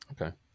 Okay